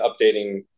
updating